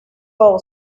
old